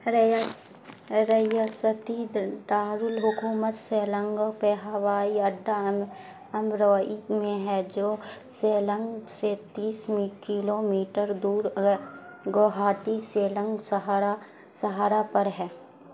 ریاستی دارالحکومت سیلانگو پہ ہوائی اڈہ امروئی میں ہے جو سیلانگ سے تیس کلو میٹر دور گوہاٹی سیلانگ سہارا سہارا پر ہے